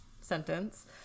sentence